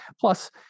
plus